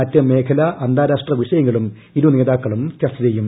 മറ്റ് മേഖലാ അന്താരാഷ്ട്ര വിഷയങ്ങളും ഇരു നേതാക്കളും ചർച്ച ചെയ്യും